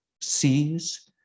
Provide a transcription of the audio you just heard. sees